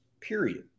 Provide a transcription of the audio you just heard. Period